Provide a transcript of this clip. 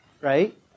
right